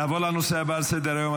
נעבור לנושא הבא על סדר-היום,